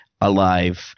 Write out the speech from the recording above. alive